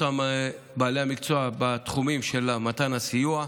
אותם בעלי המקצוע בתחומים של מתן הסיוע.